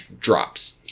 drops